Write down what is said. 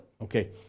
Okay